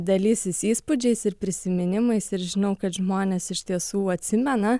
dalysis įspūdžiais ir prisiminimais ir žinau kad žmonės iš tiesų atsimena